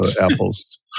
Apple's